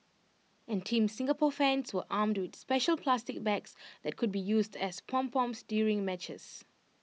and Team Singapore fans were armed with special plastic bags that could be used as pom poms during matches